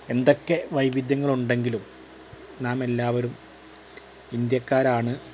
എന്തൊക്കെ വൈവിധ്യങ്ങളുണ്ടെങ്കിലും നാം എല്ലാവരും ഇന്ത്യക്കാരാണ്